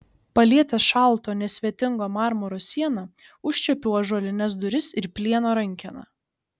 palietęs šalto nesvetingo marmuro sieną užčiuopiau ąžuolines duris ir plieno rankeną